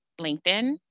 LinkedIn